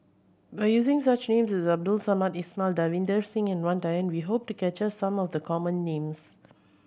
by using such names Abdul Samad Ismail Davinder Singh Wang Dayuan we hope to capture some of the common names